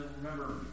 remember